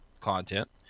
content